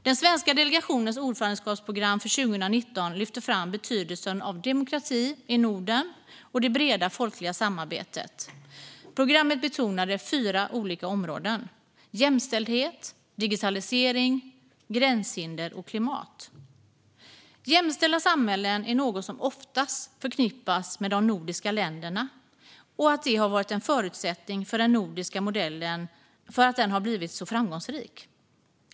Den svenska delegationens ordförandeskapsprogram för 2019 lyfte fram betydelsen av demokrati i Norden och det breda folkliga samarbetet. Programmet betonade fyra olika områden: jämställdhet, digitalisering, gränshinder och klimat. Jämställda samhällen är något som oftast förknippas med de nordiska länderna, och det har varit en förutsättning för att den nordiska modellen har blivit så framgångsrik.